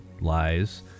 lies